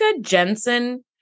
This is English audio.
Jensen